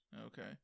Okay